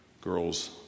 girls